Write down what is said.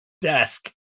desk